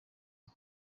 ubu